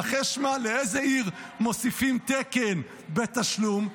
נחש לאיזו עיר מוסיפים תקן בתשלום?